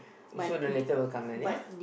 sooner or later will come lah ya